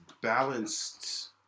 balanced